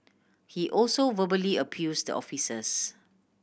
he also verbally abused the officers